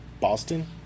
Boston